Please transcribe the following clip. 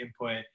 input